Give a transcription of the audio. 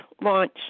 launch